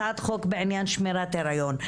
הצעת חוק בעניין שמירת הריון.